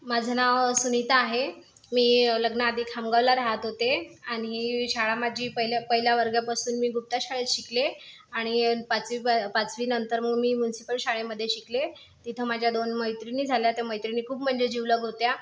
माझं नाव सुनिता आहे मी लग्नाआधी खामगावला रहात होते आणि शाळा माझी पहिल्या पहिल्या वर्गापासून मी गुप्ता शाळेत शिकले आणि पाचवी पाचवी नंतर मग मी मुन्सिपल शाळेमध्ये शिकले तिथं माझ्या दोन मैत्रिणी झाल्या तर मैत्रिणी खूप म्हणजे जिवलग होत्या